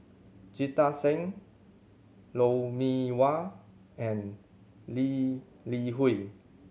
Jita Singh Lou Mee Wah and Lee Li Hui